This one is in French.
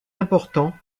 important